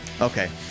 okay